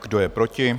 Kdo je proti?